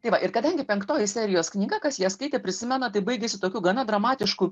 tai va ir kadangi penktoji serijos knyga kas ją skaitė prisimena tai baigiasi tokiu gana dramatišku